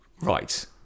Right